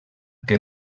que